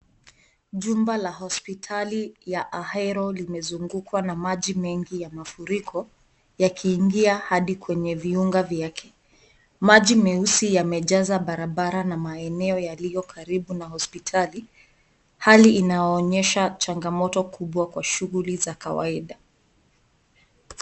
Jumba ya hospitali ya Ahero limezungukwa na maji mengi ya mafuriko yakiingia hadi kwenyee vyumba vyake. Maji meusi yamejaza barabara na maeneo yaliyo karibu na hospitali. Hali inaonyesha changamoto kubwa kwa shughuli za kawaida.